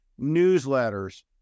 newsletters